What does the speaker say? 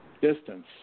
distance